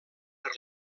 per